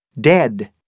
DEAD